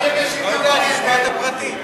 לא יודע, נשמע את הפרטים.